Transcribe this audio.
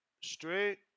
Straight